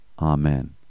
Amen